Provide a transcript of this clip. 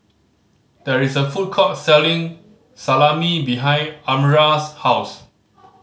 there is a food court selling Salami behind Almyra's house